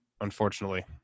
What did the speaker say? Unfortunately